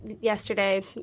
yesterday